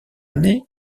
année